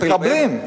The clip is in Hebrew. מקבלים.